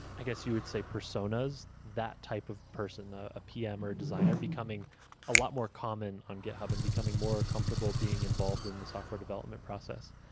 i guess, you would say personas. that type of person, ah a pm, or a designer becoming a lot more common on github and becoming more comfortable being involved in the software development process.